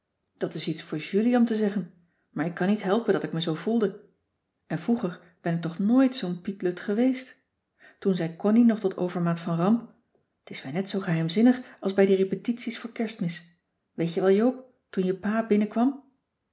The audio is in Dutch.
dat is iets voor julie om te zeggen maar ik kan niet helpen dat ik me zoo voelde en vroeger ben ik toch nooit zoo'n pietlut geweest toen zei connie nog tot overmaat van ramp t is weer net zoo geheimzinnig als bij die repetities voor kerstmis weet je wel joop toen je pa binnenkwam